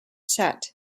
set